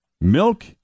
milk